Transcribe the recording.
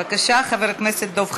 בבקשה, חבר הכנסת דב חנין.